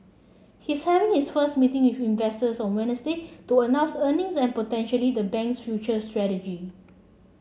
he's having his first meeting with investors on Wednesday to announce earnings and potentially the bank's future strategy